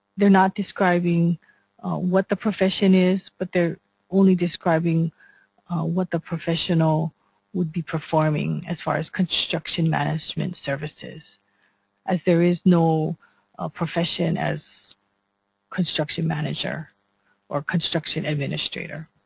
they're not describing what the profession is but they're only describing what the professional would be performing as far as construction management services as there is no ah profession as construction manager or construction administrator.